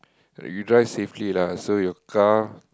but you drive safely lah so your car